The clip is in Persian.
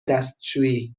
دستشویی